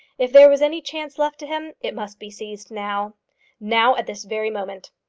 if there was any chance left to him, it must be seized now now at this very moment.